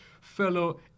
fellow